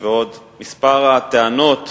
הטענות,